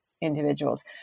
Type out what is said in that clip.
individuals